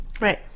Right